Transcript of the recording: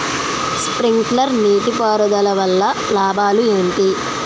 Sprinkler నీటిపారుదల వల్ల లాభాలు ఏంటి?